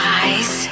eyes